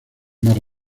más